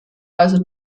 also